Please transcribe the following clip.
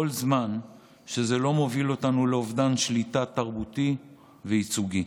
כל זמן שזה לא מוביל אותנו לאובדן שליטה תרבותי וייצוגי.